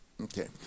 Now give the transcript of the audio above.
Okay